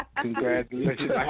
Congratulations